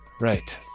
Right